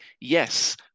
yes